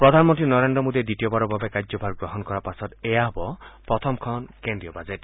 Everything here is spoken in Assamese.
প্ৰধানমন্ত্ৰী নৰেন্দ্ৰ মোদীয়ে দ্বিতীয়বাৰৰ বাবে কাৰ্যভাৰ গ্ৰহণ কৰাৰ পাছত এয়া হ'ব প্ৰথমখন কেন্দ্ৰীয় বাজেট